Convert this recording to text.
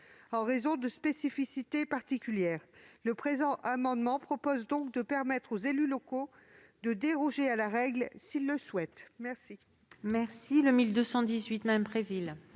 en raison de spécificités particulières. Cet amendement vise ainsi à permettre aux élus locaux de déroger à la règle, s'ils le souhaitent. La